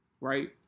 right